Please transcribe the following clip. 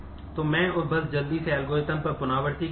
तो मैं बस जल्दी से एल्गोरिथ्म करता है